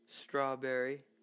Strawberry